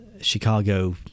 Chicago